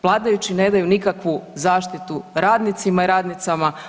Vladajući ne daju nikakvu zaštitu radnicima i radnicama.